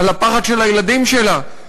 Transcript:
על הפחד של הילדים שלה.